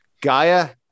Gaia